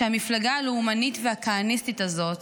שהמפלגה הלאומנית והכהניסטית הזאת